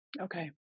okay